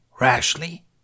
rashly